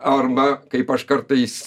arba kaip aš kartais